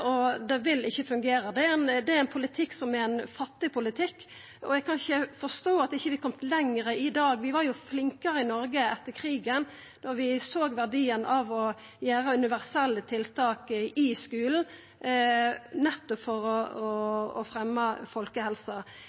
og det vil ikkje fungera. Det er ein fattig politikk, og eg kan ikkje forstå at vi ikkje har kome lenger i dag. Vi var flinkare i Noreg etter krigen da vi såg verdien av å gjera universelle tiltak i skulen – nettopp for å